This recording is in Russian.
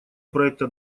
проекта